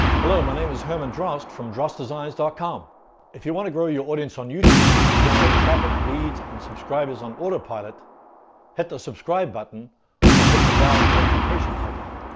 hello my name is herman drost from drostdesigns dot com if you want to grow your audience on youtube and generate traffic leads and subscribers on autopilot hit the subscribe button or hit the bell notification icon.